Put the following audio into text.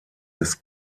des